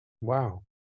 Wow